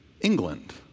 England